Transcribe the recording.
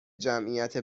جمعیت